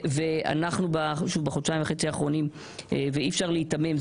אנחנו בחודשיים וחצי האחרונים - ואי אפשר להיתמם,